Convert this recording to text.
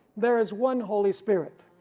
there is one holy spirit,